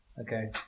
Okay